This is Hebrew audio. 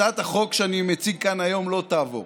הצעת החוק שאני מציג כאן היום לא תעבור.